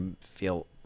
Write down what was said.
feel